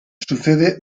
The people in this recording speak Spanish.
sucede